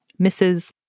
Mrs